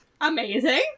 Amazing